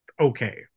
okay